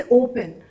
open